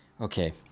okay